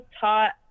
taught